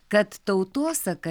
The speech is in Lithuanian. kad tautosaka